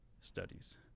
studies